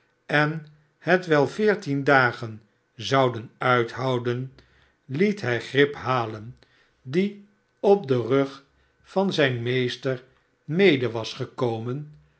en het wel veertien tlagen zouden uithouden liet hij grip halen die op den rug van zijn meester mede was gekomen